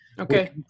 Okay